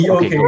Okay